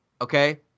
okay